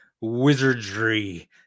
wizardry